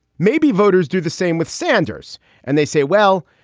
maybe voters do the same with sanders and they say, well,